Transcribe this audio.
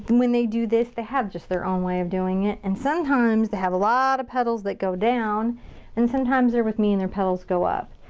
when they do this, they have just their own way of doing it. and sometimes they have a lot of petals that go down and sometimes they're with me and their petals go up.